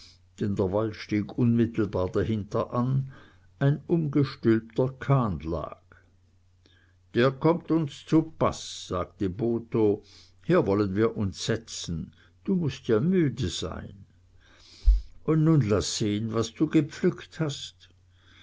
unmittelbar dahinter an ein umgestülpter kahn lag der kommt uns zupaß sagte botho hier wollen wir uns setzen du mußt ja müde sein und nun laß sehen was du gepflückt hast